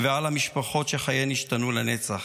ועל המשפחות שחייהן השתנו לנצח.